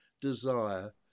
desire